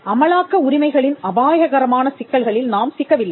எனவே அமலாக்க உரிமைகளின் அபாயகரமான சிக்கல்களில் நாம் சிக்கவில்லை